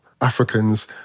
Africans